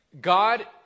God